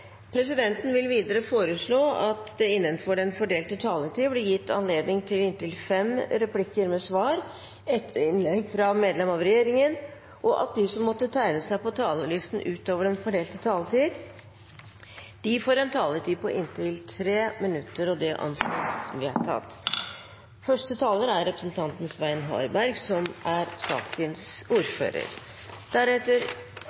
Presidenten vil videre foreslå at det – innenfor den fordelte taletid – blir gitt anledning til inntil fem replikker med svar etter innlegg fra medlem av regjeringen, og at de som måtte tegne seg på talerlisten utover den fordelte taletid, får en taletid på inntil 3 minutter. – Det anses vedtatt. En helhetlig vurdering av museumsreformen – den første